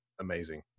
amazing